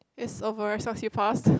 is over as long as you passed